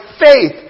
faith